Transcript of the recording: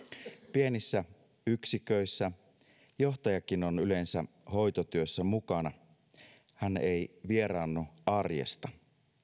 pienissä yksiköissä johtajakin on yleensä hoitotyössä mukana hän ei vieraannu arjesta